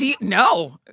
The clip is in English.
No